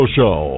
Show